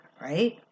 right